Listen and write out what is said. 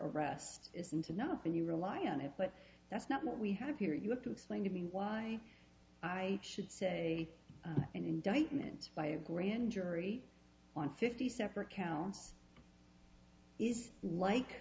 arrest isn't enough and you rely on it but that's not what we have here you have to explain to me why i should say an indictment by a grand jury on fifty separate counts is like